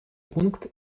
пункт